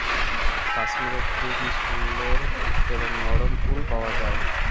কাশ্মীরে খুবই সুন্দর এবং নরম উল পাওয়া যায়